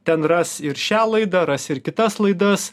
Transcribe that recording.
ten ras ir šią laidą ras ir kitas laidas